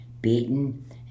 beaten